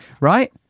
Right